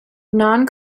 non